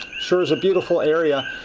sure is a beautiful area.